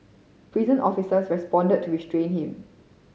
prison officers responded to restrain him